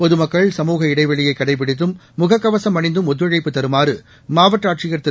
பொதுமக்கள் சமூக இடைவெளியை கடைபிடித்தும் முகக்கவசம் அணிந்தும் ஒத்துழைப்பு தருமாறு மாவட்ட ஆட்சியர் திரு